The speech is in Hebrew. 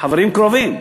חברים קרובים,